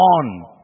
on